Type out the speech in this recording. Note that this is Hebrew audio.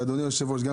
אדוני היושב-ראש,